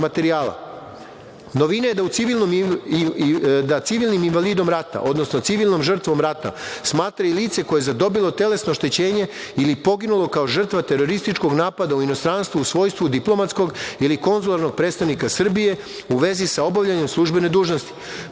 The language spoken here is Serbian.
je da u civilnim invalidom rata, odnosno civilnom žrtvom rata smatra se i lice koje je zadobilo telesno oštećenje ili poginulo kao žrtva terorističkog napada u inostranstvu u svojstvu diplomatskog ili konzularnog predstavnika Srbije u vezi sa obavljanjem službene dužnosti.